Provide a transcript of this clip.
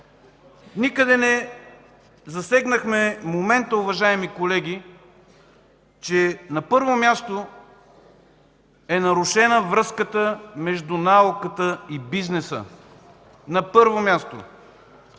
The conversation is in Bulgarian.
Никъде не засегнахме момента, уважаеми колеги, че на първо място е нарушена връзката между науката и бизнеса. На първо място!